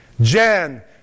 Jan